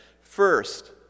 First